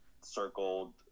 circled